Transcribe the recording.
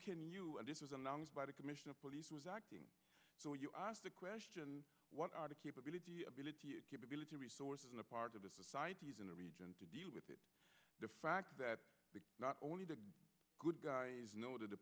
can you and this was announced by the commission of police was acting so you ask the question what are the capability ability of capability resources in a part of the societies in the region to deal with it the fact that not only the good guys know to the